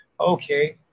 Okay